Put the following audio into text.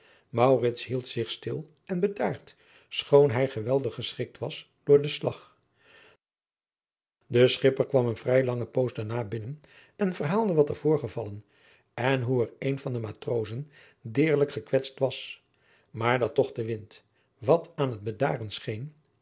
hield zich stil en bedaard schoon hij geweldig geschrikt was door den slag de schipper kwam een vrij lange poos daarna binnen en verhaalde wat er voorgevallen en hoe er een van de matrozen deerlijk gekwetst was maar dat toch de wind wat aan het bedaren scheen